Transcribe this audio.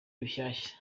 rushyashya